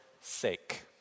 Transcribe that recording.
sake